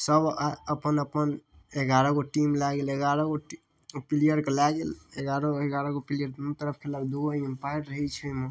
सब अपन अपन एगारहगो टीम लए गेल एगारहगो प्लेयरके लए गेल एगारह एगारहगो प्लेयर दुनू तरफ खेललक दुगो एम्पायर रहै छै अइमे